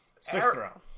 Sixth-round